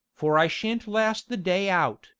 for i sha'n't last the day out,